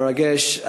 מרגש.